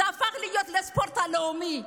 זה הפך להיות ספורט לאומי.